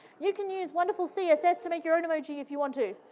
you can use wonderful css to make your own emoji if you want to,